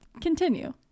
Continue